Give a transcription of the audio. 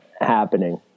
happening